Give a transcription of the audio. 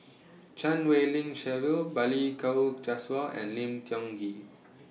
Chan Wei Ling Cheryl Balli Kaur Jaswal and Lim Tiong Ghee